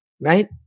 right